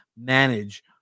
manage